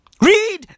Read